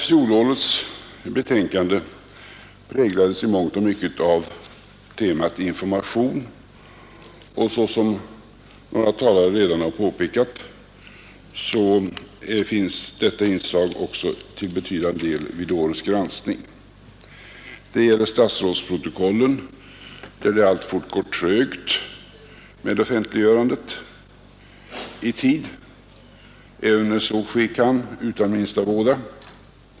Fjolårets betänkande präglades i mångt och mycket av temat information, och såsom några talare redan har påpekat förekommer detta inslag också i betydande utsträckning vid årets granskning. Det gäller statsrådsprotokollen, där det alltfort går trögt med offentliggörandet i tid, även när så ske kan utan minsta våda.